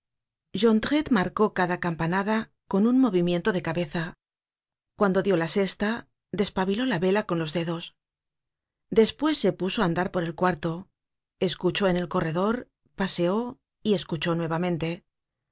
medardo jondrette marcó cada campanada con un movimiento de cabeza cuando dió la sesta despabiló la vela con los dedos despues se puso á andar por el cuarto escuchó en el corredor paseó y escuchó nuevamente con